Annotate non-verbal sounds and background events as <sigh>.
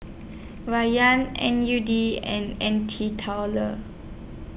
<unintelligible> N U D and N T <unintelligible>